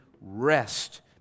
rest